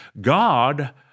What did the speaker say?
God